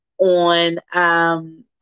on